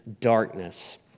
darkness